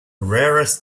rarest